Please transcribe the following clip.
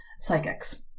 psychics